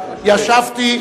ישבתי,